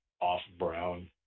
off-brown